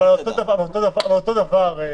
אבל זה אותו הדבר.